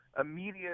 immediate